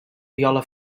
viola